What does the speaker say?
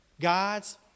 God's